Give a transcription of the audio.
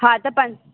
हा त पं